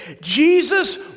Jesus